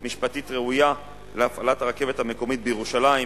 משפטית ראויה להפעלת הרכבת המקומית בירושלים,